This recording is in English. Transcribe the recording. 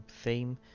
theme